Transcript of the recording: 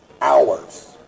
hours